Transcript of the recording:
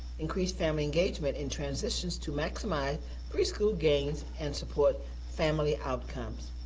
increase family engagement in transitions to maximize preschool gains and support family outcomes.